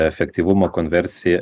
efektyvumą konversija